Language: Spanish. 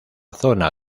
zona